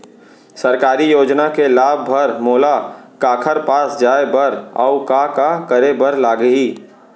सरकारी योजना के लाभ बर मोला काखर पास जाए बर अऊ का का करे बर लागही?